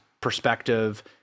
perspective